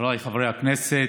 חבריי חברי הכנסת,